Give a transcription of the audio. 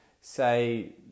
say